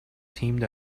teamed